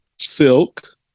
Silk